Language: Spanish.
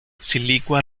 silicua